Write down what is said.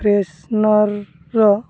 freshener